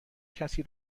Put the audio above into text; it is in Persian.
کسی